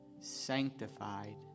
sanctified